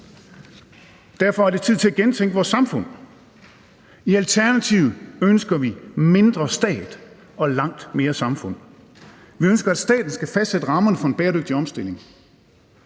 Derfor er det tid til at gentænke vores samfund. I Alternativet ønsker vi mindre stat og langt mere samfund. Vi ønsker, at staten skal fastsætte rammerne for en bæredygtig omstilling.